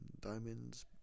diamonds